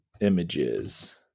Images